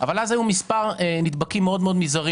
אבל אז היו מספר נדבקים מאוד מאוד מזערים.